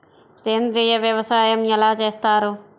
సేంద్రీయ వ్యవసాయం ఎలా చేస్తారు?